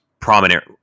prominent